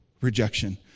rejection